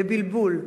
לבלבול.